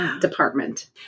department